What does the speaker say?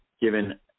given